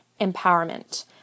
empowerment